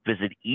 visit